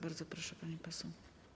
Bardzo proszę, pani poseł.